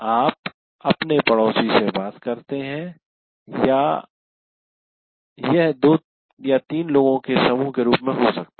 आप अपने पड़ोसी से बात करते हैं या यह 23 लोगों के समूह के रूप में हो सकता है